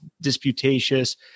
disputatious